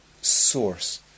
source